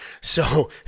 So-